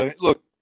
Look